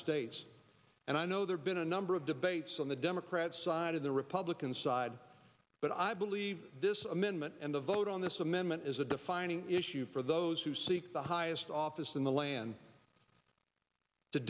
states and i know there been a number of debates on the democrat side of the republican side but i believe this amendment and the vote on this amendment is a defining issue for those who seek the highest office in the land to